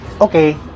Okay